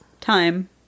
time